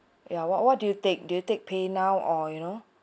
ya what what do you take do you take paynow or you know